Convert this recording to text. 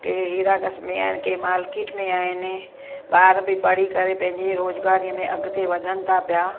के हीरागस में आहिनि के मार्केट में आहिनि ॿार बि पढ़ी करे पंहिंजी रोज़गारीअ में वधनि था पिया